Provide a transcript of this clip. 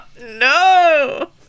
No